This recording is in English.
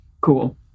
Cool